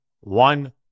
one